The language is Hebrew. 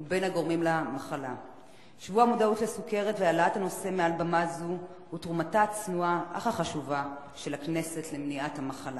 העולמי כי המחלה הפכה למגפה של ממש.